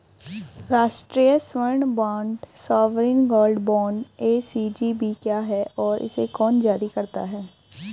राष्ट्रिक स्वर्ण bond sovereign gold bond SGB क्या है और इसे कौन जारी करता है?